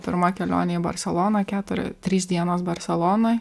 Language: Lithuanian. pirma kelionė į barseloną keturi trys dienos barselonoj